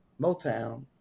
Motown